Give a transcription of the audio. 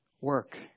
work